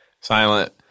Silent